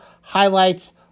highlights